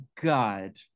God